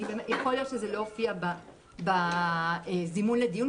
יכול להיות שזה לא הופיע בזימון לדיון.